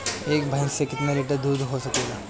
एक भइस से कितना लिटर दूध हो सकेला?